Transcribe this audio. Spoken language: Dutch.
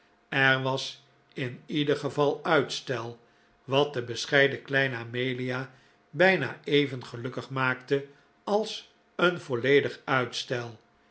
er was in ieder geval uitstel wat de bescheiden kleine amelia bijna even gelukkig maakte als een volledig uitstel